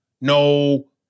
no